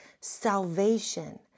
salvation